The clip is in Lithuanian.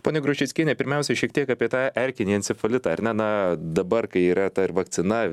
ponia grušeckiene pirmiausiai šiek tiek apie tą erkinį encefalitą ar ne na dabar kai yra ta ir vakcina